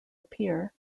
appear